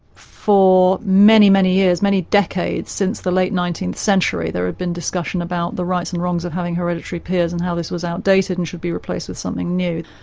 for many, many years, many decades, since the late nineteenth century, there had been discussion about the rights and wrongs of having hereditary peers and how this was outdated and should be replaced with something new.